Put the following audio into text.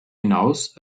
hinaus